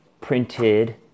printed